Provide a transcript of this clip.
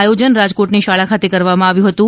આયોજન રાજકોટની શાળા ખાતે કરવામાં આવ્યું હતું